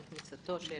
עם כניסתו של